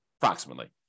approximately